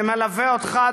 שמלווה אותך,